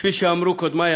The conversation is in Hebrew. כפי שאמרו קודמי,